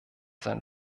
sein